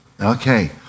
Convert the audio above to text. Okay